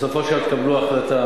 בסופו של דבר תקבלו החלטה,